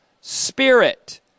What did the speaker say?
spirit